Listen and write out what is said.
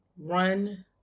run